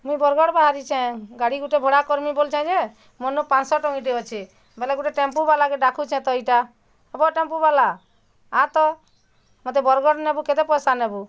ମୁଇଁ ବରଗଡ଼ ବାହାରିଛେଁ ଗାଡ଼ି ଗୁଟେ ଭଡ଼ା କର୍ମି ବଲୁଛେଁ ଯେ ମୋର୍ ନ ପାଞ୍ଚ ଶହ ଟଙ୍କିଟେ ଅଛେ ବୋଲ୍ ଗୁଟେ ଟେମ୍ପୁ ବାଲାକେ ଡାକୁଛେଁ ତ ଇଟା ହବ ଟେମ୍ପୁବାଲା ଆ ତ ମୋତେ ବରଗଡ଼ ନେବୁ କେତେ ପଇସା ନେବୁ